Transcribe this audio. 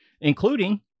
including